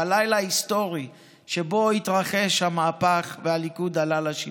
בלילה ההיסטורי שבו התרחש המהפך והליכוד עלה לשלטון.